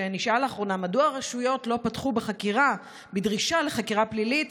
שנשאל לאחרונה מדוע הרשויות לא פתחו בדרישה לחקירה פלילית,